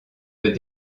peut